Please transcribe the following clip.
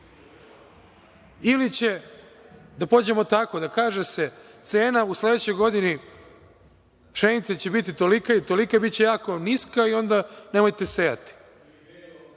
tržištu. Da pođemo tako, kaže se cena u sledećoj godini, pšenica će biti toliko i toliko, biće jako niska i onda nemojte